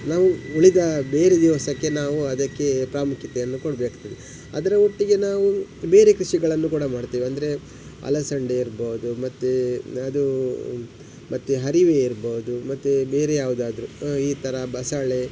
ನಾವು ಉಳಿದ ಬೇರೆ ದಿವಸಕ್ಕೆ ನಾವು ಅದಕ್ಕೆ ಪ್ರಾಮುಖ್ಯತೆಯನ್ನು ಕೊಡಬೇಕಾಗ್ತದೆ ಅದರ ಒಟ್ಟಿಗೆ ನಾವು ಬೇರೆ ಕೃಷಿಗಳನ್ನು ಕೂಡ ಮಾಡ್ತೇವೆ ಅಂದರೆ ಅಲಸಂಡೆ ಇರ್ಬೋದು ಮತ್ತೆ ಅದು ಮತ್ತೆ ಹರಿವೆ ಇರ್ಬೋದು ಮತ್ತೆ ಬೇರೆ ಯಾವುದಾದ್ರು ಈ ಥರ ಬಸಳೆ